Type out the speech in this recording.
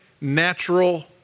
natural